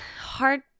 hard